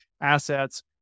assets